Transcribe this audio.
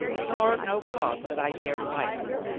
nor no cause that i dare fight for.